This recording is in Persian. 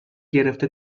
گرفته